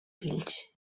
fills